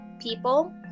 people